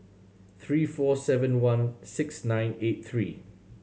three four seven one six nine eight three